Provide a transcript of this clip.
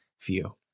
view